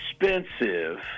expensive